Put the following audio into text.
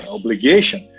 obligation